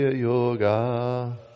yoga